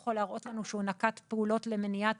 יכול להראות לנו שהוא נקט פעולות למניעת